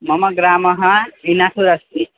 मम ग्रामः विनासूरस्ति